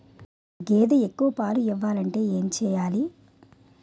గేదె ఎక్కువ పాలు ఇవ్వాలంటే ఏంటి చెయాలి?